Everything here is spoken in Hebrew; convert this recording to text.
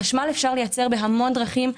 חשמל אפשר לייצר בהמון דרכים,